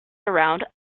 around